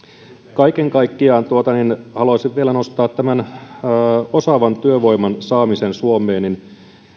kaiken kaikkiaan haluaisin vielä nostaa tämän osaavan työvoiman saamisen suomeen